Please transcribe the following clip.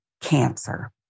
cancer